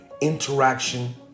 interaction